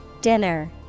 Dinner